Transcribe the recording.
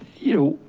you know?